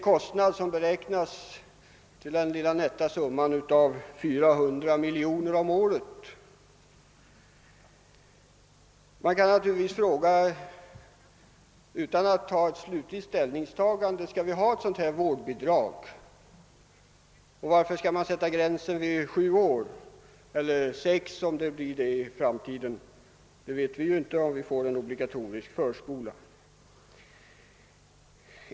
Kostnaden härför beräknas uppgå till den nätta summan av 400 miljoner kronor om året. Utan att göra något slutligt ställningstagande kan man fråga sig: Skall vi ha ett sådant vårdnadsbidrag? Varför skall vi i så fall sätta gränsen vid 7 år — eller 6 år, om vi får en obligatorisk förskola?